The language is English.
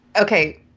Okay